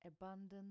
abundant